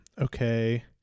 okay